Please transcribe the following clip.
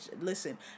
listen